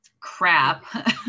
crap